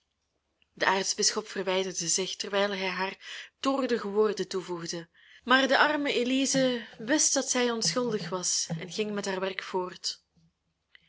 de aartsbisschop verwijderde zich terwijl hij haar toornige woorden toevoegde maar de arme elize wist dat zij onschuldig was en ging met haar werk voort